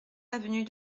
avenue